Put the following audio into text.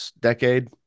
decade